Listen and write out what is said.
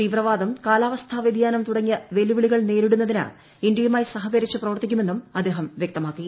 തീവ്രവാദ്ദ് കാലാവസ്ഥ വ്യതിയാനം തുടങ്ങിയ വെല്ലുവിളിക്കൾ നേരിടുന്നതിന് ഇന്ത്യയുമായി സഹകരിച്ച് പ്രവർത്തിക്കുമെന്നും അദ്ദേഹം വ്യക്തമാക്കി